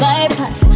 Bypass